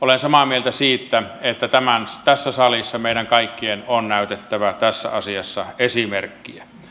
olen samaa mieltä siitä että tässä salissa meidän kaikkien on näytettävä tässä asiassa esimerkkiä